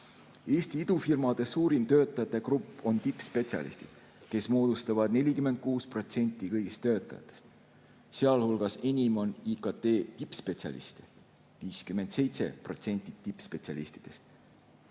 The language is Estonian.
Eesti idufirmade suurim töötajate grupp on tippspetsialistid, kes moodustavad 46% kõigist töötajatest, sealjuures enim on IKT tippspetsialiste (57% tippspetsialistidest),